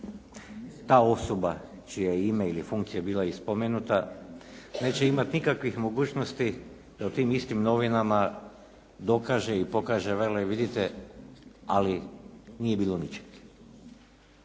ta osoba čije je ime ili funkcija je bila spomenuta neće imati nikakvih mogućnosti da u tim istim novinama dokaže i pokaže vele vidite ali nije bilo ničeg.